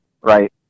right